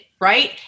right